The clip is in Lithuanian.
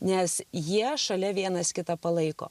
nes jie šalia vienas kitą palaiko